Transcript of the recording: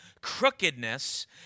crookedness